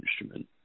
instrument